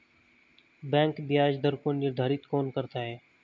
Bank ब्याज दर को निर्धारित कौन करता है?